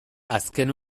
azken